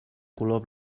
color